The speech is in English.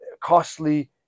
costly